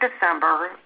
December